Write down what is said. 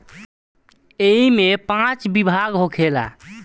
ऐइमे पाँच विभाग होखेला